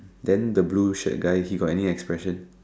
then the blue shirt guy he got any expression